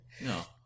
no